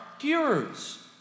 hearers